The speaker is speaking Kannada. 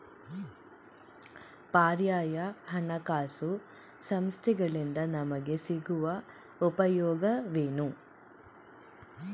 ಪರ್ಯಾಯ ಹಣಕಾಸು ಸಂಸ್ಥೆಗಳಿಂದ ನಮಗೆ ಸಿಗುವ ಉಪಯೋಗವೇನು?